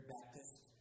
Baptist